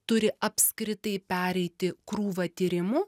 turi apskritai pereiti krūvą tyrimų